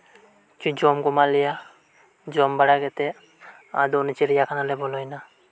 ᱡᱚᱢᱠᱩ ᱮᱢᱟᱜ ᱞᱮᱭᱟ ᱡᱚᱢ ᱵᱟᱲᱟ ᱠᱟᱛᱮᱫ ᱟᱫᱚ ᱚᱱᱟ ᱪᱤᱲᱭᱟ ᱠᱷᱟᱱᱟᱞᱮ ᱵᱚᱞᱚᱭᱮᱱᱟ